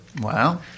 Wow